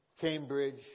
Cambridge